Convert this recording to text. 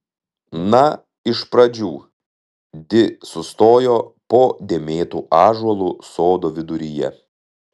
na iš pradžių di sustojo po dėmėtu ąžuolu sodo viduryje